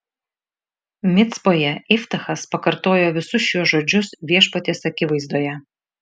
micpoje iftachas pakartojo visus šiuos žodžius viešpaties akivaizdoje